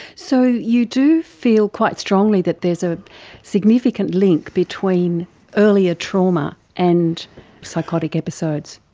so you do feel quite strongly that there is a significant link between earlier trauma and psychotic episodes?